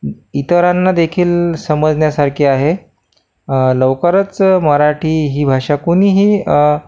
इतरांना देखील समजण्यासारखी आहे लवकरच मराठी ही भाषा कोणीही